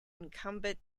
incumbent